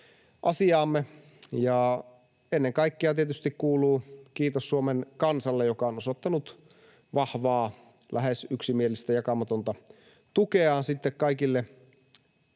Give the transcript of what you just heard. asiaamme. Ennen kaikkea kuuluu kiitos tietysti Suomen kansalle, joka on osoittanut vahvaa, lähes yksimielistä, jakamatonta tukeaan